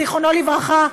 זיכרונו לברכה,